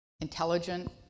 intelligent